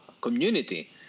community